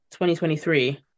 2023